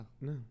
No